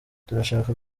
turashaka